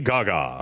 Gaga